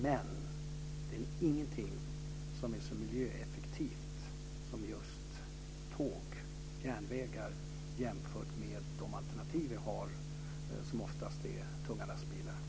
Men det är ingenting som är så miljöeffektivt som tåg och järnvägar om man jämför med de alternativ vi har, som oftast är tunga lastbilar.